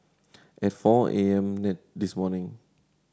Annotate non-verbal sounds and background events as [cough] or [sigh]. at four A M [unintelligible] this morning